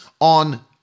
on